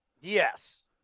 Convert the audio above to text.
Yes